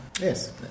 Yes